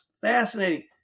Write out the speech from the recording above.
fascinating